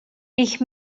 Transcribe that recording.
ich